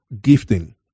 gifting